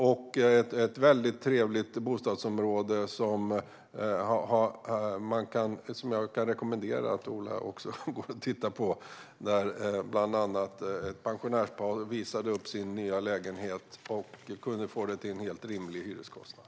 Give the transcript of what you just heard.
Det är ett väldigt trevligt bostadsområde som jag kan rekommendera att Ola går och tittar på. Bland annat visade ett pensionärspar upp sin nya lägenhet, som de kunnat få till en helt rimlig hyreskostnad.